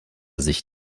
sich